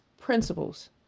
principles